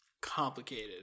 complicated